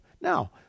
Now